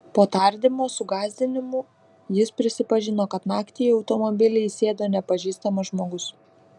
po tardymo su gąsdinimų jis prisipažino kad naktį į automobilį įsėdo nepažįstamas žmogus